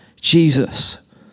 Jesus